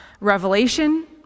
Revelation